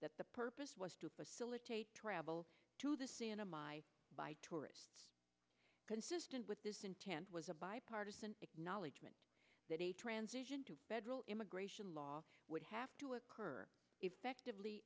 that the purpose was to facilitate travel to the cinema by tourists consistent with this intent was a bipartisan acknowledgement that a transition to federal immigration law would have to occur effectively